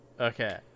Okay